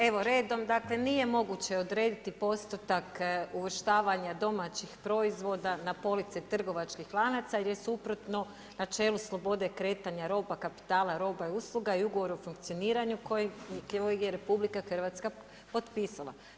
Evo redom, dakle nije moguće odrediti postotak uvrštavanja domaćih proizvoda na police trgovačkih lanaca jer je suprotno načelu slobode kretanja roba, kapitala, roba i usluga i ugovora o funkcioniranju kojeg je RH potpisala.